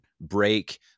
break